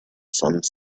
some